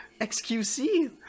XQC